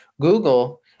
Google